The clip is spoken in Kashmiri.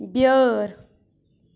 بیٛٲر